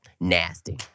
Nasty